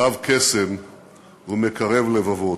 רב-קסם ומקרב לבבות.